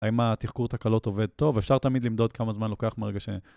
האם התחקורת הקלות עובד טוב? אפשר תמיד למדוד כמה זמן לוקח מרגש...